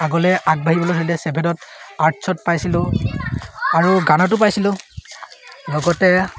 আগলৈ আগবাঢ়িবলৈ ধৰিলে ছেভেনত আৰ্টছত পাইছিলোঁ আৰু গানতো পাইছিলোঁ লগতে